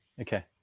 okay